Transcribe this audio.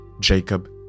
Jacob